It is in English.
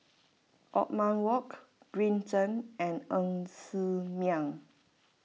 Othman Wok Green Zeng and Ng Ser Miang